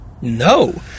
No